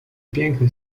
piękny